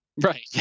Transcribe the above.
Right